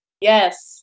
Yes